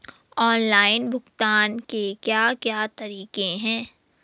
Online भुगतान के क्या क्या तरीके हैं?